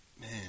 man